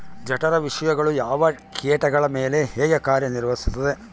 ಜಠರ ವಿಷಯಗಳು ಯಾವ ಕೇಟಗಳ ಮೇಲೆ ಹೇಗೆ ಕಾರ್ಯ ನಿರ್ವಹಿಸುತ್ತದೆ?